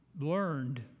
learned